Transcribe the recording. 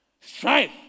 strife